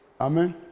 amen